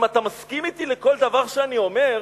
אם אתה מסכים אתי לכל דבר שאני אומר,